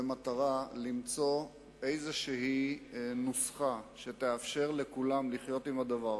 במטרה למצוא איזו נוסחה שתאפשר לכולם לחיות עם זה,